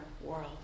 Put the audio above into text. world